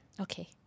Okay